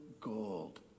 gold